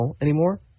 anymore